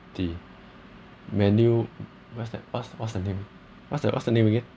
manu~ what's that what's what's the name what's the what's the name again